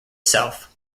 self